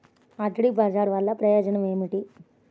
అగ్రిబజార్ వల్లన ప్రయోజనం ఏమిటీ?